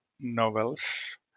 novels